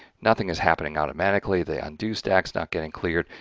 nothing is happening automatically, the undo stacks not getting cleared.